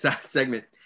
segment